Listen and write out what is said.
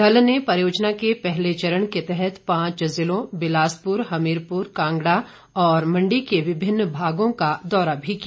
दल ने परियोजना के पहले चरण के तहत पांच ज़िलों बिलासपुर हमीरपुर कांगड़ा और मंडी के विभिन्न भागों का दौरा भी किया